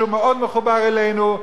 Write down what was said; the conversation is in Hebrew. שהוא מאוד מחובר אלינו,